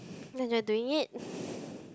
and you're doing it